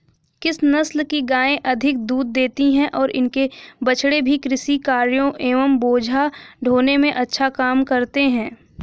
किस नस्ल की गायें अधिक दूध देती हैं और इनके बछड़े भी कृषि कार्यों एवं बोझा ढोने में अच्छा काम करते हैं?